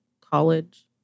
college